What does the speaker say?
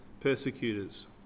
persecutors